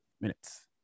minutes